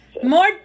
More